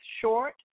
short